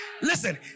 Listen